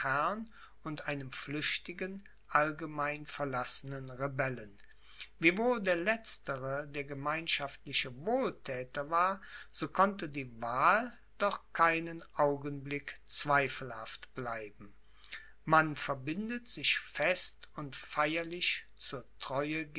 und einem flüchtigen allgemein verlassenen rebellen wiewohl der letztere der gemeinschaftliche wohlthäter war so konnte die wahl doch keinen augenblick zweifelhaft bleiben man verbindet sich fest und feierlich zur treue